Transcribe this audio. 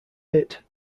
hit